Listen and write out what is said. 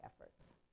efforts